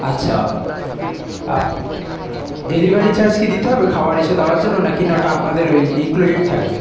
আচ্ছা delivery charge কি দিতে হবে খাবার এসে দেওয়ার জন্য না কি না ওটা আপনাদের ওই ইনক্লুডেড থাকবে